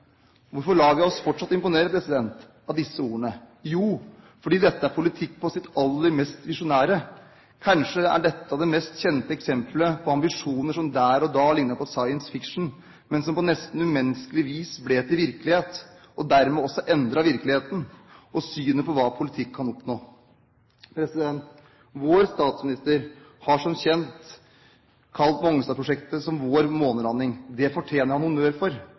Hvorfor lar vi oss fortsatt imponere av disse ordene? Jo, fordi dette er politikk på sitt aller mest visjonære. Kanskje er dette det mest kjente eksemplet på ambisjoner som der og da ligner på science fiction, men som på nesten umenneskelig vis ble til virkelighet, og dermed også endret virkeligheten og synet på hva politikk kan oppnå. Vår statsminister har som kjent kalt Mongstad-prosjektet for vår månelanding. Det fortjener han honnør for.